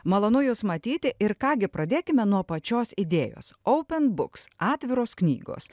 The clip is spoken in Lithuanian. malonu jus matyti ir ką gi pradėkime nuo pačios idėjos oupen buks atviros knygos